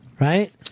right